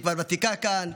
שהיא כבר ותיקה כאן,